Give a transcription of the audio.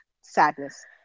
Sadness